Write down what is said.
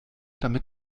damit